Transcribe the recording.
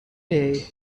day